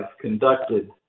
conducted